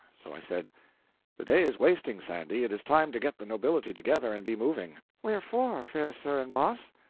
so i said the day is wasting, sandy. it is time to get the nobility together and be moving. wherefore, fair sir and boss?